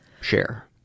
share